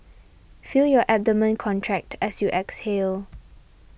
feel your abdomen contract as you exhale